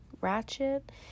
ratchet